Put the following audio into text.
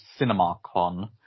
CinemaCon